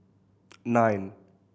nine